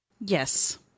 Yes